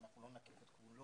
אנחנו לא נקיף את כולו,